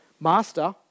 Master